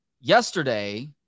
yesterday